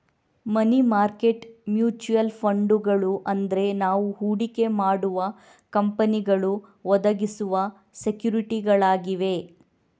ಮನಿ market mutual ಫಂಡುಗಳು ಅಂದ್ರೆ ನಾವು ಹೂಡಿಕೆ ಮಾಡುವ ಕಂಪನಿಗಳು ಒದಗಿಸುವ ಸೆಕ್ಯೂರಿಟಿಗಳಾಗಿವೆ